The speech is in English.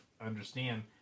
understand